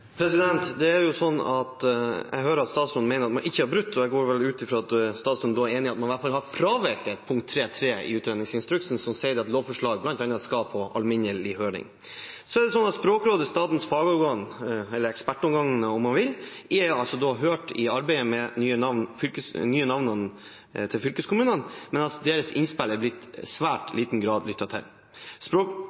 Jeg hører at statsråden mener at man ikke har brutt, men jeg går ut fra at statsråden er enig i at man i hvert fall har fraveket punkt 3-3 i utredningsinstruksen, som sier at bl.a. lovforslag skal på alminnelig høring. Språkrådet, statens fagorgan – eller ekspertorgan, om man vil – er hørt i arbeidet med de nye navnene på fylkeskommunene, men deres innspill er i svært liten grad blitt lyttet til.